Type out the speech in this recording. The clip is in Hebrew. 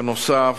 בנוסף,